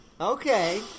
Okay